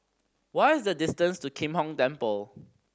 what is the distance to Kim Hong Temple